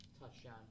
touchdown